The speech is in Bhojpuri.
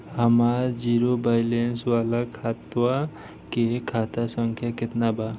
हमार जीरो बैलेंस वाला खतवा के खाता संख्या केतना बा?